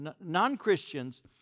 Non-Christians